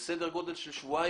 יהיה לכם סדר גודל של שבועיים.